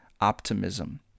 optimism